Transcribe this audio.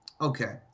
okay